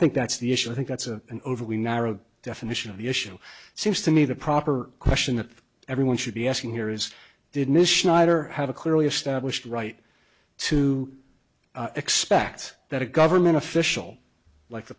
think that's the issue i think that's a an overly narrow definition of the issue seems to me the proper question that everyone should be asking here is did miss schneider have a clearly established right to expect that a government official like the